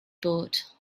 bought